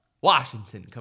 Washington